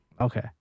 Okay